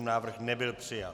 Návrh nebyl přijat.